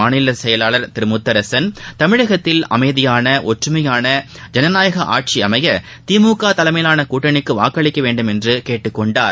மாநில செயலாளர் திரு முத்தரசன் தமிழகத்தில் அமைதியான ஒற்றுமையாள ஜன்நாயக ஆட்சி அமைய திமுக தலைமையிலான கூட்டணிக்கு வாக்களிக்க வேண்டும் என்று கேட்டுக் கொண்டார்